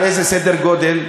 על איזה סדר גודל?